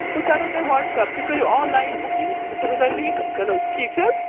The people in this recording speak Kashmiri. بہٕ کَرو تُہۍ واٹٕساپ تُہۍ کٔرِو آنلایَن بُکِنٛگ بہٕ سوزو تُہۍ لِنٛک چلو ٹھیٖک چھا حظ